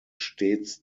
stets